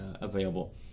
available